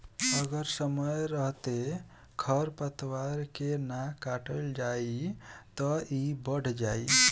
अगर समय रहते खर पातवार के ना काटल जाइ त इ बढ़ जाइ